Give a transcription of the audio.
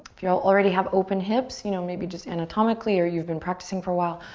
you um already have open hips, you know, maybe just anatomically or you've been practicing for a while,